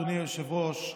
אדוני היושב-ראש,